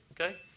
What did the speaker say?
okay